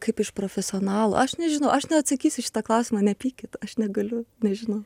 kaip iš profesionalų aš nežinau aš neatsakysiu į šitą klausimą nepykit aš negaliu nežinau